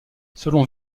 selon